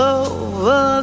over